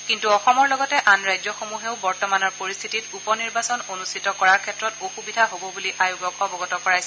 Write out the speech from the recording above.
কিন্তু অসমৰ লগতে আন ৰাজ্যসমূহেও বৰ্তমানৰ পৰিস্থিতিত উপ নিৰ্বাচন অনুষ্ঠিত কৰাৰ ক্ষেত্ৰত অসুবিধা হব বুলি আয়োগক অৱগত কৰাইছে